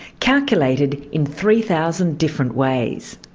calculated in three thousand different ways.